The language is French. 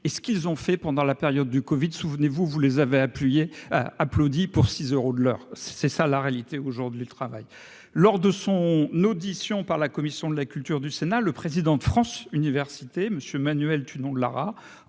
et ce qu'ils ont fait pendant la période du Covid souvenez-vous, vous les avez appuyé applaudi pour six euros de l'heure, c'est ça la réalité aujourd'hui du travail lors de son audition par la commission de la culture du Sénat, le président de France universités Monsieur Manuel Tunon de Lara,